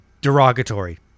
derogatory